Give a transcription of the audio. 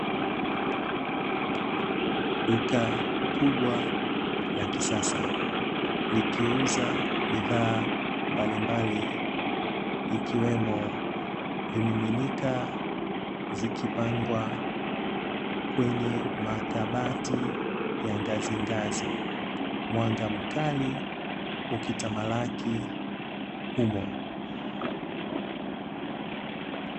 Duka kubwa la kisasa likiuza bidhaa mbalimbali ikiwemo vimininika, zikipangwa kwenye makabati ya ngazingazi; mwanga mkali ukitamalaki humo.